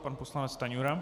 Pan poslanec Stanjura.